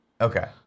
Okay